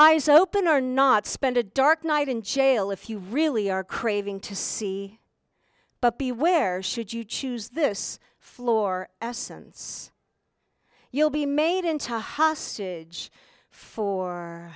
eyes open our not spend a dark night in jail if you really are craving to see but be aware should you choose this floor essence you'll be made into a hostage for